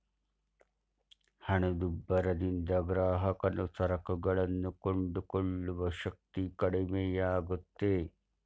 ಹಣದುಬ್ಬರದಿಂದ ಗ್ರಾಹಕನು ಸರಕುಗಳನ್ನು ಕೊಂಡುಕೊಳ್ಳುವ ಶಕ್ತಿ ಕಡಿಮೆಯಾಗುತ್ತೆ